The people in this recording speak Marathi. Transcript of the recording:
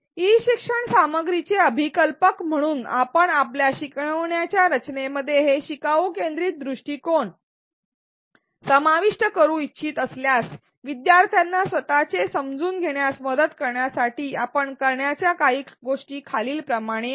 ई शिक्षण सामग्रीचे अभिकल्पक म्हणून आपण आपल्या शिकवण्याच्या रचनेमध्ये हे शिकाऊ केंद्रीत दृष्टीकोन समाविष्ट करू इच्छित असल्यास विद्यार्थ्यांना स्वतःचे समजून घेण्यात मदत करण्यासाठी आपण करण्याच्या काही गोष्टी खालीलप्रमाणे आहेत